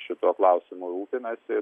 šituo klausimu rūpinasi